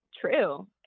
true